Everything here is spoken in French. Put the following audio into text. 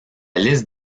liste